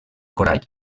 corall